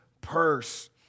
purse